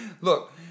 look